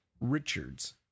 Richards